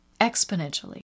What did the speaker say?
exponentially